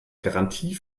garantie